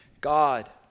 God